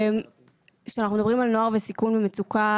כשאנחנו מדברים על נוער בסיכון ומצוקה,